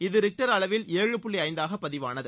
இது ரிக்டர் அளவில் ஏழு புள்ளி ஐந்தாக பதிவானது